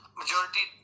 majority